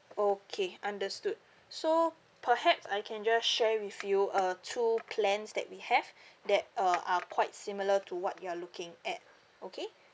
okay understood so perhaps I can just share with you uh two plans that we have that uh are quite similar to what you are looking at okay